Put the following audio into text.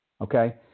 Okay